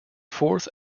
fourth